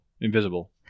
invisible